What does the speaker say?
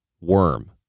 worm